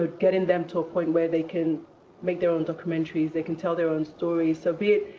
but getting them to a point where they can make their own documentaries, they can tell their own stories. so be it,